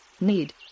need